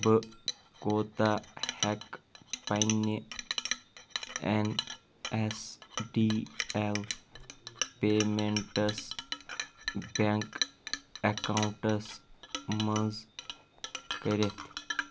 بہٕ کوتاہ ہٮ۪کہٕ پننہِ N S D L payments bank accounts منٛز کٔرِتھ